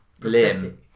Limb